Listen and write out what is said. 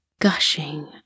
gushing